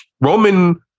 Roman